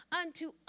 unto